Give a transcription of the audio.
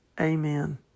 Amen